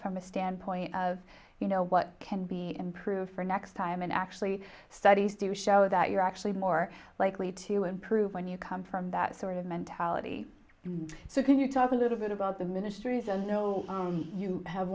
from a standpoint of you know what can be improved for next time and actually studies do show that you're actually more likely to improve when you come from that sort of mentality and so can you talk a little bit about the ministries and i know you have